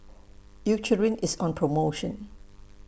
Eucerin IS on promotion